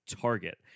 target